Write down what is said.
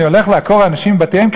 להגיד: אני הולך לעקור אנשים מבתיהם,